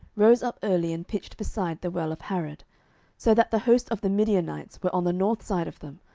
rose up early, and pitched beside the well of harod so that the host of the midianites were on the north side of them,